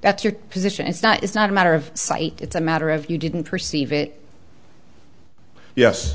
that's your position it's not it's not a matter of site it's a matter of you didn't perceive it yes